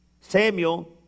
Samuel